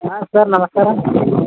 ಹಾಂ ಸರ್ ನಮಸ್ಕಾರ